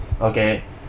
okay